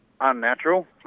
Unnatural